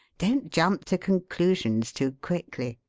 don't jump to conclusions too quickly.